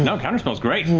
and counterspell's great.